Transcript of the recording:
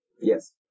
Yes